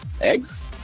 eggs